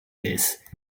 this